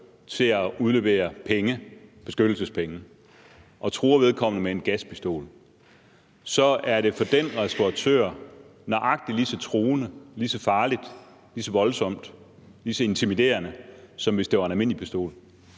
til at udlevere beskyttelsespenge og truer vedkommende med en gaspistol, så er det for den restauratør nøjagtig lige så truende, lige så farligt, lige så voldsomt og lige så intimiderende, som hvis det var en almindelig pistol?